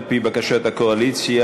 על-פי בקשת הקואליציה,